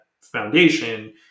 foundation